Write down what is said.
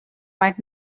might